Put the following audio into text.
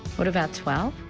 what about twelve?